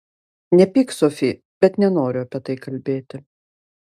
nepyk sofi bet nenoriu apie tai kalbėti